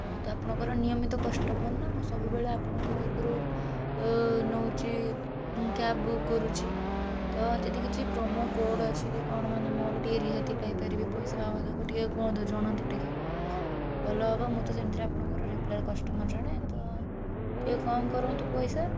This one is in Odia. ମୁଁ ତ ଆପଣଙ୍କର ନିୟମିତ କଷ୍ଟମର୍ ନା ମୁଁ ସବୁବେଳେ ଆପଣଙ୍କ ପାଖରୁ ନେଉଛି କ୍ୟାବ୍ ବୁକ୍ କରୁଛି ତ ଯଦି କିଛି ପ୍ରମୋ କୋଡ଼୍ ଅଛି କି କ'ଣ ମାନେ ମୋର ଟିକେ ରିହାତି ପାଇପାରିବି ପଇସା କମ ହବ ଟିକେ କୁହନ୍ତୁ ଜଣାନ୍ତୁ ଟିକେ ଭଲ ହବ ମୁଁ ତ ସେମିତିରେ ଆପଣଙ୍କର ରେଗୁଲାର୍ କଷ୍ଟମର୍ ଜଣେ ତ ଟିକେ କମ କରନ୍ତୁ ପଇସା